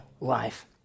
life